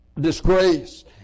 disgrace